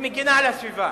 שמגינה על הסביבה.